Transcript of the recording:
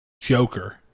Joker